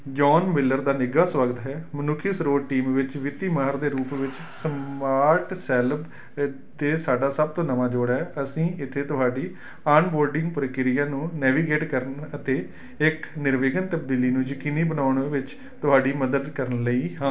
John Miller ਦਾ ਨਿੱਘਾ ਸਵਾਗਤ ਹੈ ਮਨੁੱਖੀ ਸਰੋਤ ਟੀਮ ਵਿੱਚ ਵਿੱਤੀ ਮਾਹਰ ਦੇ ਰੂਪ ਵਿੱਚ ਸਮਾਰਟ ਸੈਲਬਜ਼ 'ਤੇ ਸਾਡਾ ਸਭ ਤੋਂ ਨਵਾਂ ਜੋੜ ਹੈ ਅਸੀਂ ਇੱਥੇ ਤੁਹਾਡੀ ਆਨਬੋਰਡਿੰਗ ਪ੍ਰਕਿਰਿਆ ਨੂੰ ਨੈਵੀਗੇਟ ਕਰਨ ਅਤੇ ਇੱਕ ਨਿਰਵਿਘਨ ਤਬਦੀਲੀ ਨੂੰ ਯਕੀਨੀ ਬਣਾਉਣ ਵਿੱਚ ਤੁਹਾਡੀ ਮਦਦ ਕਰਨ ਲਈ ਹਾਂ